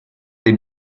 dei